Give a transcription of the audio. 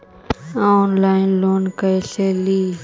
Online loan कैसे ली?